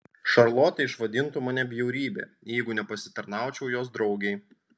šarlotė išvadintų mane bjaurybe jeigu nepasitarnaučiau jos draugei